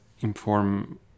inform